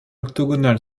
octogonale